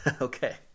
Okay